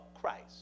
Christ